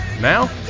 Now